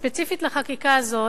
ספציפית לחקיקה הזאת,